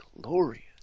glorious